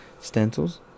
stencils